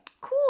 Cool